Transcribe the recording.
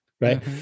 Right